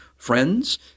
friends